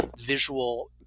visual